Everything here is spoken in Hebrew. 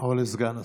לסגן השר.